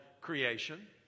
creation